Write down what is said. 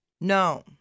No